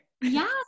Yes